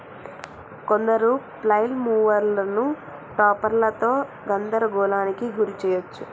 కొందరు ఫ్లైల్ మూవర్లను టాపర్లతో గందరగోళానికి గురి చేయచ్చు